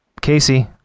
Casey